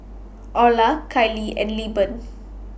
Oralia Kylie and Lilburn